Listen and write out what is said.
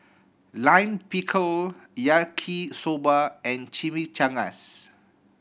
Lime Pickle Yaki Soba and Chimichangas